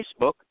Facebook